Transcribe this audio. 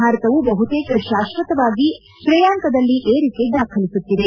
ಭಾರತವು ಬಹುತೇಕ ಶಾಶ್ವತವಾಗಿ ತ್ರೇಯಾಂಕದಲ್ಲಿ ಏರಿಕೆ ದಾಖಲಿಸುತ್ತಿದೆ